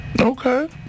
okay